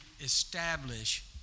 establish